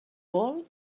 vol